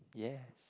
yes